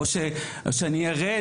או שאני ארד.